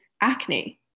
acne